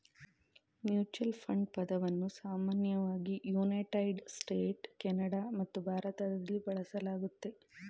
mutual fund ಪದವನ್ನ ಸಾಮಾನ್ಯವಾಗಿ United States, Canada ಮತ್ತು ಭಾರತದಲ್ಲಿ ಬಳಸಲಾಗುತ್ತೆ